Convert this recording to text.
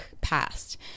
past